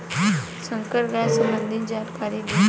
संकर गाय सबंधी जानकारी दी?